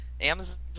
Amazon